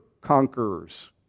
conquerors